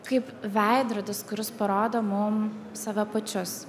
kaip veidrodis kuris parodo mum save pačius